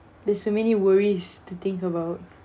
there's so many worries to think about